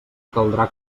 caldrà